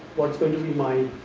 what is going to be my